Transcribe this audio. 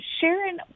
Sharon